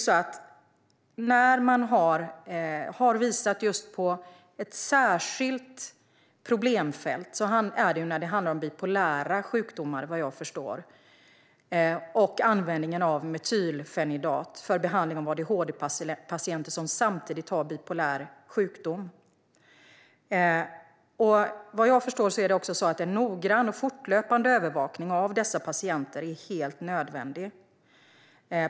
Man har visat på ett särskilt problemfält som handlar om bipolära sjukdomar, vad jag förstår, och användningen av metylfenidat för behandling av adhd-patienter som samtidigt har bipolär sjukdom. Vad jag förstår är en noggrann och fortlöpande övervakning av dessa patienter helt nödvändig.